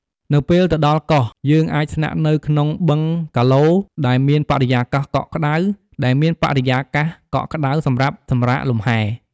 នៅពេលទៅដល់កោះ យើងអាចស្នាក់នៅក្នុងបឹងហ្គាឡូ ដែលមានបរិយាកាសកក់ក្ដៅសម្រាប់សម្រាកលំហែ។